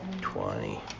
twenty